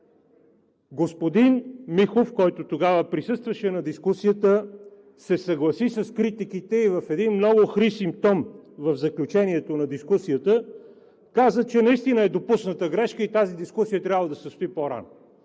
Господин Михов, който тогава присъстваше на дискусията, се съгласи с критиките и с един много хрисим тон в заключението на дискусията каза, че наистина е допусната грешка и тази дискусия е трябвало да се състои по-рано.